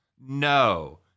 No